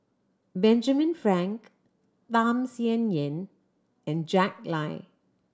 Benjamin Frank Tham Sien Yen and Jack Lai